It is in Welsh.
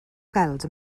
gweld